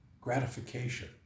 gratification